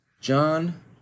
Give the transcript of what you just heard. John